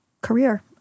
career